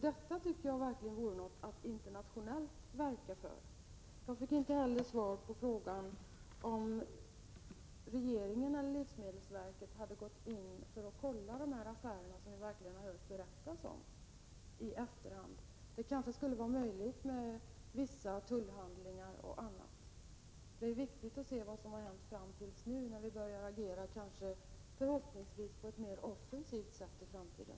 Detta vore verkligen någonting att verka för internationellt. Jag fick inte heller svar på frågan om huruvida regeringen eller livsmedelsverket hade kontrollerat de affärer som vi hört berättas om i efterhand. Det skulle kanske vara möjligt att göra det med hjälp av vissa tullhandlingar och annat. Det är viktigt att se vad som har hänt fram till i dag, eftersom vi förhoppningsvis kommer att agera på ett mer offensivt sätt i framtiden.